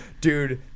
Dude